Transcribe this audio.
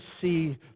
see